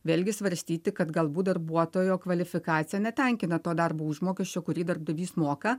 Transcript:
vėlgi svarstyti kad galbūt darbuotojo kvalifikacija netenkina to darbo užmokesčio kurį darbdavys moka